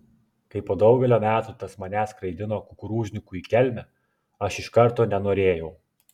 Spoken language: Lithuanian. kai po daugelio metų tas mane skraidino kukurūzniku į kelmę aš iš karto nenorėjau